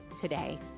today